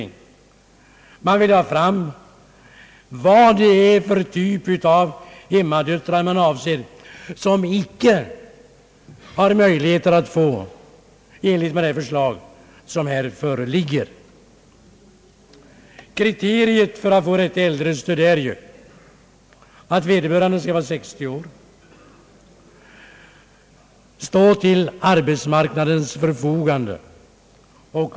Utskottsmajoriteten har velat få fram vilken typ av hemmadöttrar som icke har möjligheter att få bidrag i enlighet med det förslag som här föreligger. Kriterierna för att ge detta särskilda stöd åt äldre arbetslösa är att vederbörande skall ha fyllt 60 år, vara arbetslös samt stå till arbetsmarknadens förfogande.